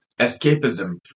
escapism